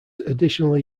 additionally